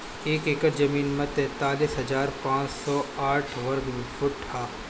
एक एकड़ जमीन तैंतालीस हजार पांच सौ साठ वर्ग फुट ह